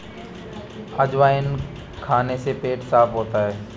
अजवाइन खाने से पेट साफ़ होता है